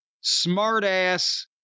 smart-ass